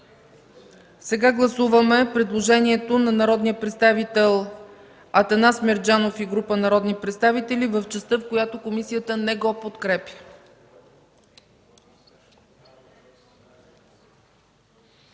Гласуваме предложението на народния представител Атанас Мерджанов и група народни представители в частта, в която комисията не го подкрепя.